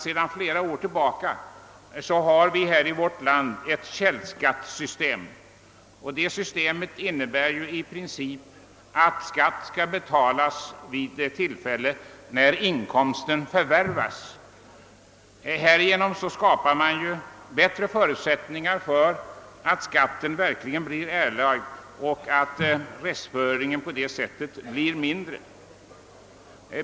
Sedan flera år tillbaka har vi i vårt land ett källskattesystem och det systemet innebär i princip att skatt skall betalas vid det tillfälle när inkomsten förvärvas. Härigenom skapar man bättre förutsättningar för att skatten verkligen blir erlagd och att restföringen blir så liten som möjligt.